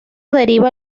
deriva